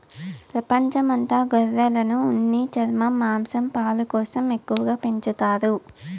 ప్రపంచం అంత గొర్రెలను ఉన్ని, చర్మం, మాంసం, పాలు కోసం ఎక్కువగా పెంచుతారు